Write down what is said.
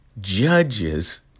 judges